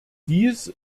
dies